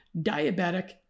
diabetic